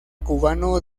cubano